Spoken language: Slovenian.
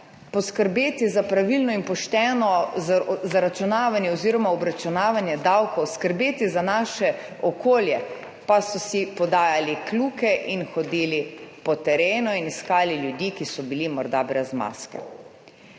poskrbeti za pravilno in pošteno zaračunavanje oziroma obračunavanje davkov, skrbeti za naše okolje, pa so si podajali kljuke in hodili po terenu in iskali ljudi, ki so bili morda brez maske.